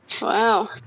Wow